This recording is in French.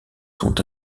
sont